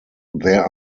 there